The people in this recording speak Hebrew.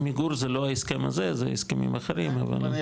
עמיגור זה לא ההסכם הזה, זה הסכמים אחרים, אבל.